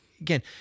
again